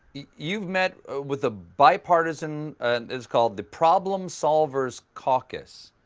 you've met with a bipartisan it's called the problem solvers caucus.